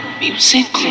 music